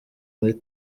muri